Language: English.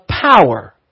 power